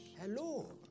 Hello